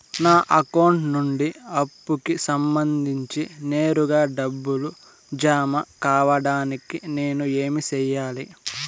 నా అకౌంట్ నుండి అప్పుకి సంబంధించి నేరుగా డబ్బులు జామ కావడానికి నేను ఏమి సెయ్యాలి?